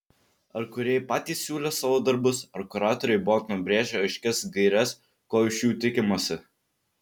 ar kūrėjai patys siūlė savo darbus ar kuratoriai buvo nubrėžę aiškias gaires ko iš jų tikimasi